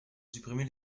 supprimer